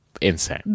insane